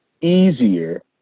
easier